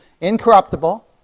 incorruptible